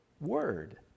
Word